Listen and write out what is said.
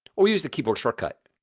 or we use the keyboard shortcut